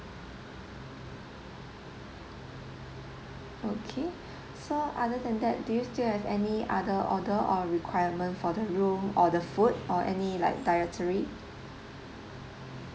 okay so other than that do you still have any other order or requirement for the room or the food or any like dietary